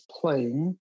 playing